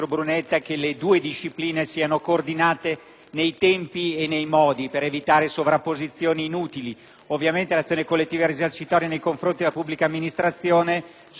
nei tempi e nei modi per evitare sovrapposizioni inutili. Ovviamente, l'azione collettiva risarcitoria nei confronti della pubblica amministrazione, soprattutto quando riguarda le carte dei servizi,